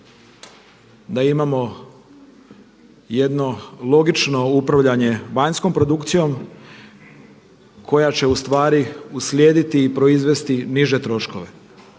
da imamo jedno logično upravljanje vanjskom produkcijom koja će ustvari uslijediti i proizvesti niže troškove.